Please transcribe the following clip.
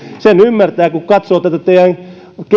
sen ymmärtää kun katsoo tätä teidän